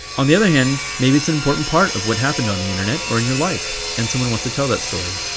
on the other hand, maybe it's an important part of what happened on the internet or in your life, and someone wants to tell that story.